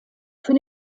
für